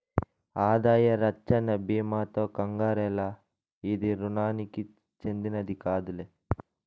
ఆదాయ రచ్చన బీమాతో కంగారేల, ఇది రుణానికి చెందినది కాదులే